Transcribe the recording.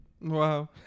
Wow